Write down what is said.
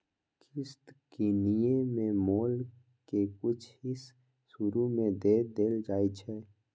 किस्त किनेए में मोल के कुछ हिस शुरू में दे देल जाइ छइ